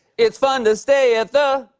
it's fun to stay at the.